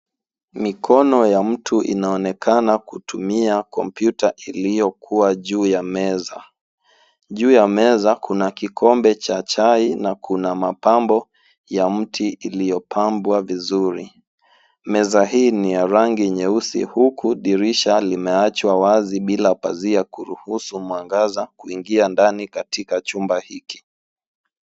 Mikono ya mtu inaonekana kutumia kompyuta iliyokuwa juu ya meza. Juu ya meza kuna kikombe cha chai na kuna mapambo ya mti iliyopambwa vizuri. Meza hii ni ya rangi nyeusi huku dirisha limeachwa wazi bila pazia kuruhusu mwangaza kuingia ndani katika chumba hiki.